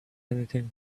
anything